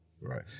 Right